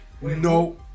No